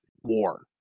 war